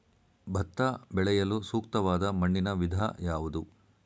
ಭತ್ತ ಬೆಳೆಯಲು ಸೂಕ್ತವಾದ ಮಣ್ಣಿನ ವಿಧ ಯಾವುದು?